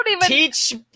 teach